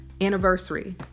anniversary